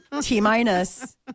T-minus